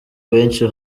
benshi